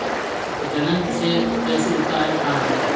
जनन कैसे होता है बताएँ?